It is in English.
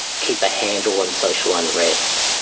keep a handle on social unrest,